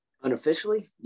Unofficially